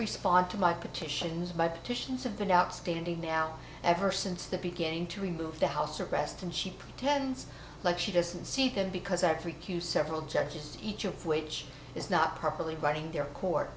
respond to my petitions my petitions have been outstanding now ever since the beginning to remove the house arrest and she pretends like she doesn't see them because every q several judges each of which is not properly running their co